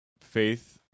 Faith